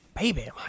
Baby